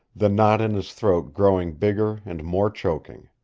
the knot in his throat growing bigger and more choking.